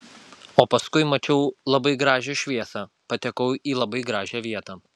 o paskui mačiau labai gražią šviesą patekau į labai gražią vietą